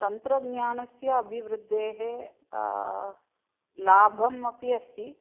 तन्त्रज्ञानस्य अभिवृद्धेः लाभम् अपि अस्ति